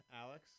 Alex